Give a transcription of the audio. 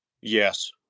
Yes